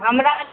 हमरा